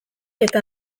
eta